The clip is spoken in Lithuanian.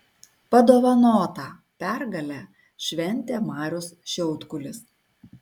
padovanotą pergalę šventė marius šiaudkulis